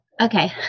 Okay